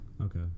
Okay